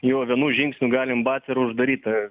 jo vienu žingsniu galim bac ir uždaryta